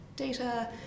data